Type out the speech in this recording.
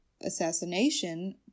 assassination